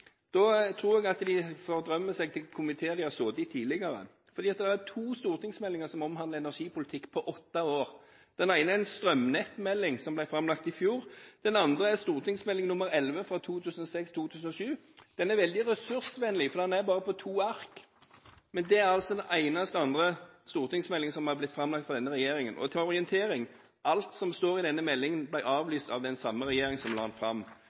Da tror jeg at de får drømme seg tilbake til komiteer de har sittet i tidligere, for det har vært to stortingsmeldinger som har omhandlet energipolitikk på åtte år. Den ene er en melding om strømnettet som ble framlagt i fjor. Den andre er en St.meld. nr. 11 for 2006–2007. Den er veldig ressursvennlig, for den er bare på to ark. Men det er altså den ene av to stortingsmeldinger som har blitt framlagt fra denne regjeringen. Til orientering er alt som står i denne meldingen avlyst av den samme regjeringen som la den fram.